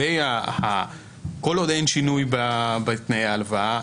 כל עוד אין שינוי בתנאי ההלוואה,